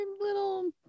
little